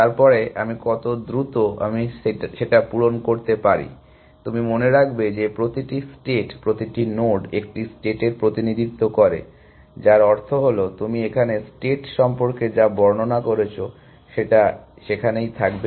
তারপরে আমি কত দ্রুত আমি সেটা পূরণ করতে পারি তুমি মনে রাখবে যে প্রতিটি স্টেট প্রতিটি নোড একটি স্টেটের প্রতিনিধিত্ব করে যার অর্থ হল তুমি এখানে স্টেট সম্পর্কে যা বর্ণনা করেছো সেটা সেখানেই থাকবে